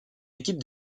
équipe